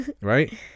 right